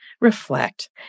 reflect